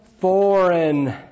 foreign